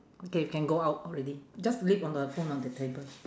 okay we can go out already just leave on the phone on the table